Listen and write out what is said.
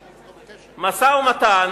משא-ומתן,